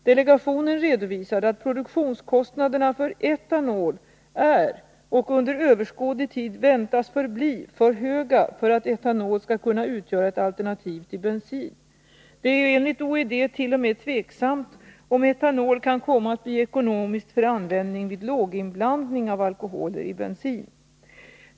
Delegationen redovisade att produktionskostnaderna för etanol är och under överskådlig tid väntas förbli för höga för att etanol skall kunna utgöra ett alternativ till bensin. Det är enligt OED t.o.m. tveksamt om etanol kan komma att bli ekonomiskt för användning vid låginblandning av alkoholer i bensin.